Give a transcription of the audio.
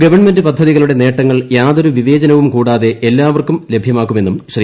government പദ്ധതികളുടെ നേട്ടങ്ങൾ യാതൊരു വിവേചനവും കൂടാതെ എല്ലാവർക്കും ലഭ്യമാക്കു മെന്നും ശ്രീ